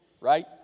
right